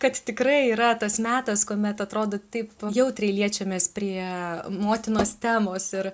kad tikrai yra tas metas kuomet atrodo taip jautriai liečiamės prie motinos temos ir